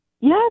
Yes